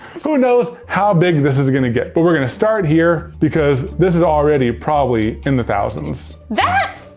who knows how big this is gonna get but we're gonna start here because this is already probably in the thousands. that?